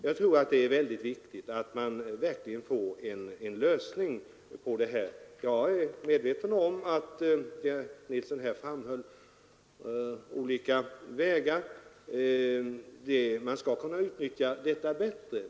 Jag tror att det är mycket viktigt att man också får en lösning på detta problem. Jag är medveten om att herr Nilsson i Växjö här pekade på olika vägar att gå för att utnyttja möjligheterna bättre.